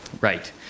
Right